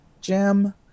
Jam